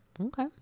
Okay